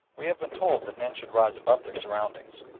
we have been told that men should rise above their surroundings,